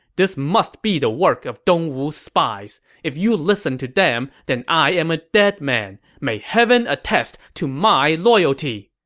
this must be the work of dongwu's spies. if you listen to them, then i am a dead man. may heaven attest to my loyalty!